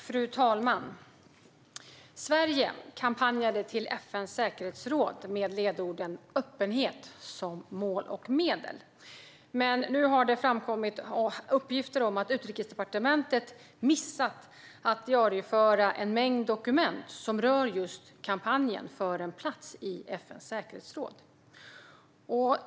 Fru talman! Sverige kampanjade till FN:s säkerhetsråd med ledorden öppenhet som mål och medel. Men nu har det framkommit uppgifter om att Utrikesdepartementet har missat att diarieföra en mängd dokument som rör just kampanjen för en plats i FN:s säkerhetsråd.